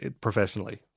professionally